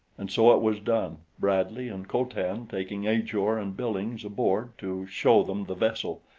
and so it was done, bradley and co-tan taking ajor and billings aboard to show them the vessel,